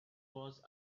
was